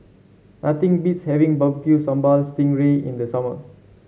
nothing beats having Barbecue Sambal Sting Ray in the summer